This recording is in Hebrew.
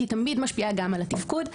היא תמיד משפיעה גם על התפקוד,